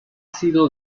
sido